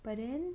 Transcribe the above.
but then